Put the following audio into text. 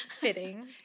fitting